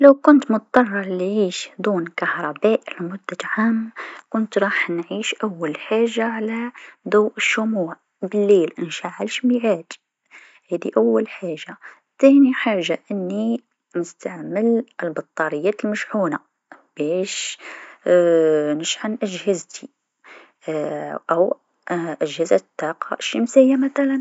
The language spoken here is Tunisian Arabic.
لو كنت مضطره نعيش بدون كهرباء لمدة عام كنت راح نعيش أول حاجه على ضوء الشموع، بليل نشعل الشميعات هاذي أول حاجه، ثاني حاجه أني نستعمل البطاريات المشحونه باش نشحن أجهزتي أو أجهزه الطاقه الشمسيه مثلا.